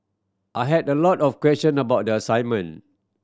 I had a lot of question about the assignment